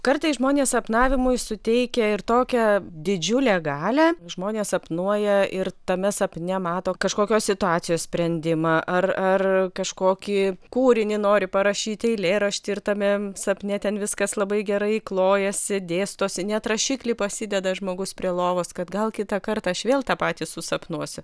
kartais žmonės sapnavimui suteikia ir tokią didžiulę galią žmonės sapnuoja ir tame sapne mato kažkokios situacijos sprendimą ar kažkokį kūrinį nori parašyti eilėraštį ir tame sapne ten viskas labai gerai klojasi dėstosi net rašiklį pasideda žmogus prie lovos kad gal kitą kartą aš vėl tą patį susapnuosiu